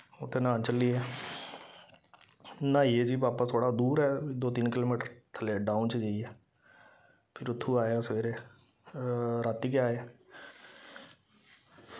उत्थै न्हौन चली गे न्हाइयै जी बापस थोह्ड़ा दूर ऐ दो तिन्न किलोमीटर थल्लै डोउन च जाइयै फिर उत्थूं आए आं सबेरे राती गै आए